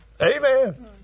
Amen